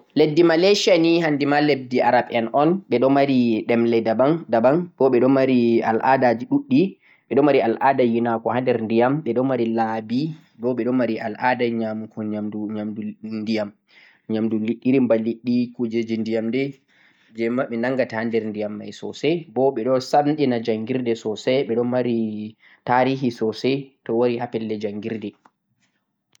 leddi Malaysia ni handi ma leddi Arab en un, ɓe mari ɗemle daban daban bo be ɗo mari al'adaji luɗɗi, ɓe ɗo mari al'ada yinago ha der diyam, ɓe ɗo mari la'ɓi bo ɓe mari al'ada ƴamugo yamdu diyam irin ba liɗɗi kujeji diyam dai je ɓe nangata har der diyam mai sosai bo ɓe ɗo samɗina jangirde sosai ɓe ɗo mari tarihi sosai to wari ha pelle njangirde.